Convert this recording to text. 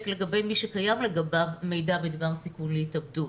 למי שקיים לגביו מידע בדבר סיכון להתאבדות.